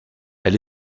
elle